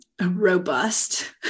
robust